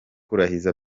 perezida